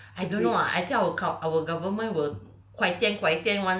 thing right I don't know I think our coun~ our government will